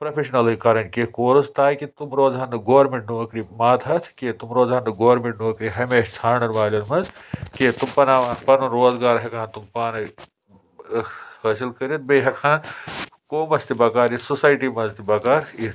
پرٛوٚفٮ۪شنَلٕے کَرٕنۍ کینٛہہ کورٕس تاکہِ تٕم روزٕ ہن نہٕ گورمیٚنٛٹ نوکری ماتحت کینٛہہ تِم روزٕ ہَن نہٕ گورمیٚنٛٹ نوکری ہمیشہِ ژھانڑن والٮ۪ن منٛز کینٛہہ تٕم بَناوہَن پَنُن روزگار ہیٚکہٕ ہَن تِم پانَے حٲصِل کٔرِتھ بیٚیہِ ہیٚکہٕ ہَن قومَس تہِ بکار یِتھ سوسایٹی منٛز تہِ بکار یِتھ